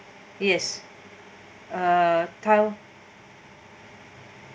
yes uh tai~